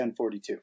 1042